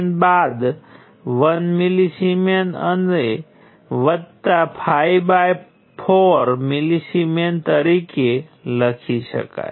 અલબત્ત આ કૉલમ અને આ હરોળમાં આ નોડ સાથે જોડાયેલા અન્ય ઘટકને અનુરૂપ અન્ય પદો હશે